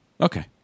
Okay